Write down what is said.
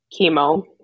chemo